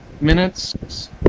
minutes